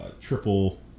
Triple